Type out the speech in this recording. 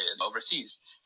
overseas